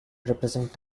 represent